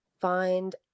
find